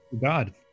God